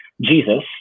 jesus